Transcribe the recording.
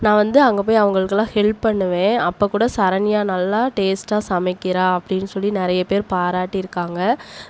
நான் வந்து அங்கே போய் அவங்களுக்குலாம் ஹெல்ப் பண்ணுவேன் அப்போ கூட சரண்யா நல்லா டேஸ்ட்டாக சமைக்கிறா அப்படினு சொல்லி நிறைய பேர் பாராட்டி இருக்காங்க